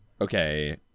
okay